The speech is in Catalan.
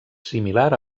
similar